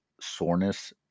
soreness